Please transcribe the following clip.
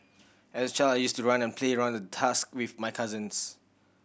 as a child I used to run and play around the tusk with my cousins